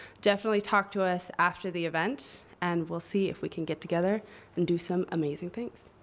definitely talk to us after the event, and we'll see if we can get together and do some amazing things.